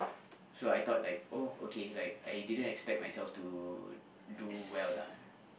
so I thought like oh okay like I didn't expect myself to do well lah